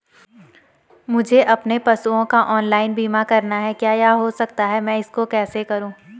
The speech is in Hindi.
मुझे अपने पशुओं का ऑनलाइन बीमा करना है क्या यह हो सकता है मैं इसको कैसे करूँ?